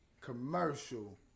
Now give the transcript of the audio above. commercial